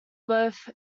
both